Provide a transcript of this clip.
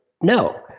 no